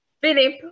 Philip